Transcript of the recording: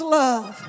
love